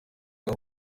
ngo